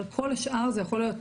אבל כל השאר זה יכול להיות,